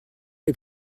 les